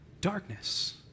Darkness